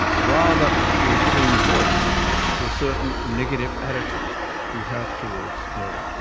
rather you're giving voice to a certain negative attitude you have towards murder.